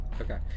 Okay